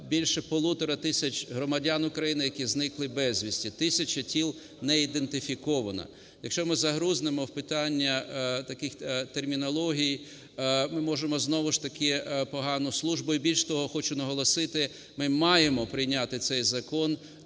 більше полутора тисяч громадян України, які зникли безвісти, тисяча тіл не ідентифікована. Якщо ми загрузнемо в питаннях таких термінологій, ми може знову ж таки погану службу. І, більше того, хочу наголосити, ми маємо прийняти цей закон